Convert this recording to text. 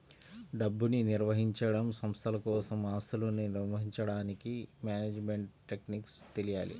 డబ్బుని నిర్వహించడం, సంస్థల కోసం ఆస్తులను నిర్వహించడానికి మేనేజ్మెంట్ టెక్నిక్స్ తెలియాలి